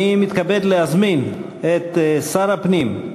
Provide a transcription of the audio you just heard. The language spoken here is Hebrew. אני מתכבד להזמין את שר הפנים,